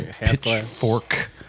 pitchfork